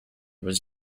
was